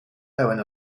pełen